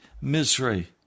misery